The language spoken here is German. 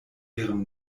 ihrem